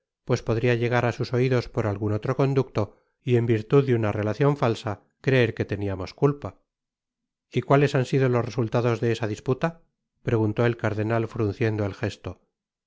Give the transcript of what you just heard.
pues podia llegar á sus oidos por algun otro conducto y en virtud de una relacion falsa creer que teniamos culpa y cuáles han sido los resultados de esa disputa preguntó el cardenal frunciendo el jesto